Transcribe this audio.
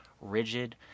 rigid